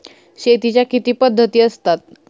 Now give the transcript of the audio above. शेतीच्या किती पद्धती असतात?